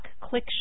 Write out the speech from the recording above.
click